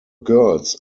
girls